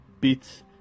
Beats